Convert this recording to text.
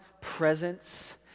presence